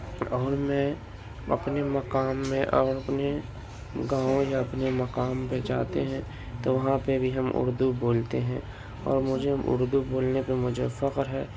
اور میں اپنے مقام میں اور اپنے گاؤں یا اپنے مقام پہ جاتے ہیں تو وہاں پہ بھی ہم اردو بولتے ہیں اور مجھے اردو بولنے پہ مجھے فخر ہے